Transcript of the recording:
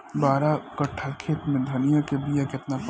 बारह कट्ठाखेत में धनिया के बीया केतना परी?